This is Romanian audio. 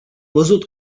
văzut